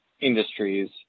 industries